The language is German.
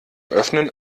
öffnen